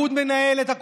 זו